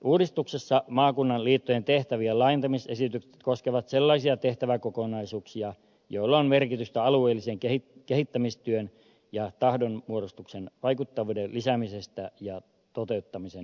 uudistuksessa maakunnan liittojen tehtävien laajentamisesitykset koskevat sellaisia tehtäväkokonaisuuksia joilla on merkitystä alueellisen kehittämistyön ja tahdonmuodostuksen vaikuttavuuden lisäämisessä ja toteuttamisen edistämisessä